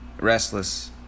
restless